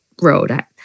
road